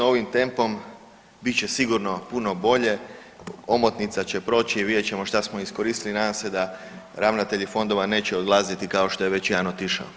Ovim tempom bit će sigurno puno bolje, omotnica će proći i vidjet ćemo šta smo iskoristili, nadam se da ravnatelji fondova neće odlaziti kao što je već jedan otišao.